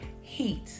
heat